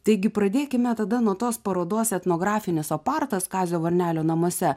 taigi pradėkime tada nuo tos parodos etnografinis opartas kazio varnelio namuose